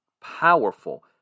powerful